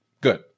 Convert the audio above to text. good